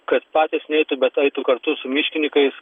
kad patys neitų bet eitų kartu su miškininkais